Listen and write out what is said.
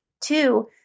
Two